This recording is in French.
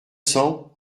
cents